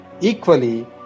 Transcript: equally